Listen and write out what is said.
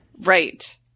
right